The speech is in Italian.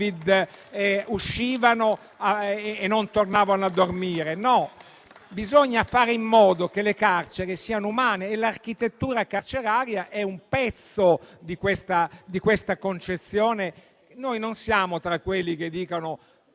uscivano e non tornavano a dormire. Bisogna fare in modo che le carceri siano umane e l'architettura carceraria è un pezzo di questa concezione. Noi non siamo tra quelli che dicono: